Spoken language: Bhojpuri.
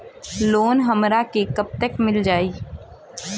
लोन हमरा के कब तक मिल जाई?